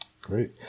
great